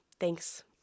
Thanks